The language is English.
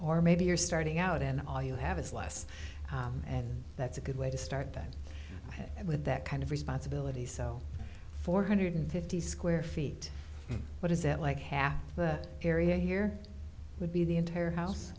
or maybe you're starting out and all you have is less and that's a good way to start that and with that kind of responsibility so four hundred fifty square feet what is it like half the area here would be the entire house